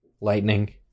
Lightning